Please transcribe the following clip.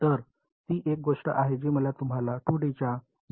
तर ती एक गोष्ट आहे जी मला तुम्हाला 2 डीच्या बाबतीत सांगायची होती